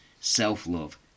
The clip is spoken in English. self-love